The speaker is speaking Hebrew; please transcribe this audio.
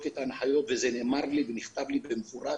זה דבר שני.